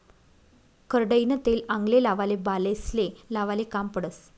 करडईनं तेल आंगले लावाले, बालेस्ले लावाले काम पडस